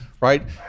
right